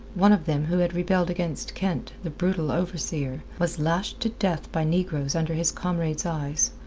one of them who had rebelled against kent, the brutal overseer, was lashed to death by negroes under his comrades' eyes,